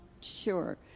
sure